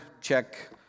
check